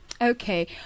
Okay